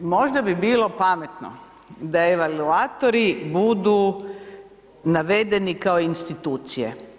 Možda bi bilo pametno da evaluatori budu navedeni kao institucije.